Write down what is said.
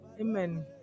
Amen